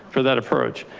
for that approach.